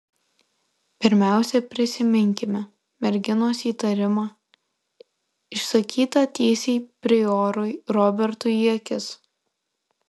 pirmiausia prisiminkime merginos įtarimą išsakytą tiesiai priorui robertui į akis